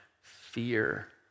fear